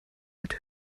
hat